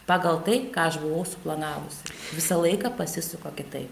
pagal tai ką aš buvau suplanavusi visą laiką pasisuka kitaip